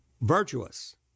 virtuous